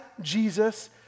Jesus